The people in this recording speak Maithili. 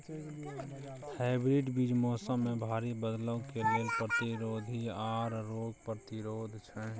हाइब्रिड बीज मौसम में भारी बदलाव के लेल प्रतिरोधी आर रोग प्रतिरोधी छै